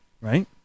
Right